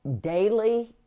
daily